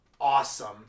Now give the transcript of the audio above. awesome